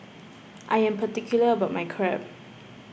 I am particular about my Crepe